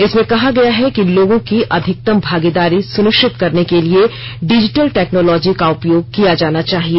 इसमें कहा गया है कि लोगों की अधिकतम भागीदारी सुनिश्चित करने के लिए डिजिटल टैक्नोलोजी का उपयोग किया जाना चाहिए